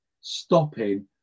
stopping